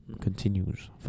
Continues